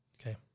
Okay